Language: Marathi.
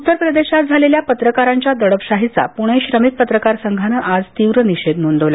उत्तर प्रदेशात झालेल्या पत्रकारांच्या दडपशाहीचा पुणे श्रमिक पत्रकार संघानं आज तीव्र निषेध नोंदवला